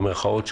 במירכאות,